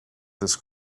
this